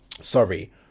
Sorry